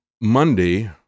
Monday